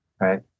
right